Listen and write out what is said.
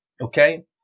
Okay